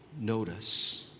notice